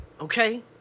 Okay